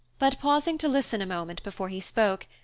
but pausing to listen a moment before he spoke,